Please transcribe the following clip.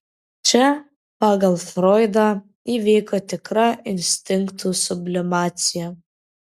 čia pagal froidą įvyko tikra instinktų sublimacija